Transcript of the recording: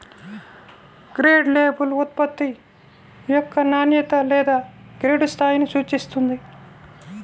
grade label ఉత్పత్తి యొక్క నాణ్యత లేదా గ్రేడ్ స్థాయిని సూచిస్తుంది